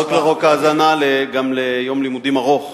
פרט לחוק ההזנה גם ליום לימודים ארוך.